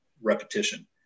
repetition